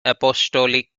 apostolic